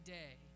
day